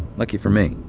lucky for me,